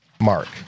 mark